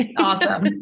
Awesome